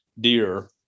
deer